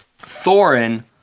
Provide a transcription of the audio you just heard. Thorin